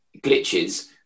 glitches